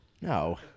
No